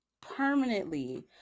permanently